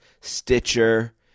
Stitcher